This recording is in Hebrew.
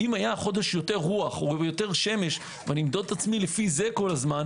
אם היתה החודש יותר רוח או יותר שמש ואמדוד עצמי לפי זה כל הזמן,